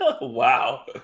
Wow